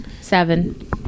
Seven